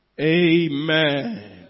Amen